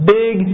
big